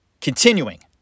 Continuing